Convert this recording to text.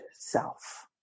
self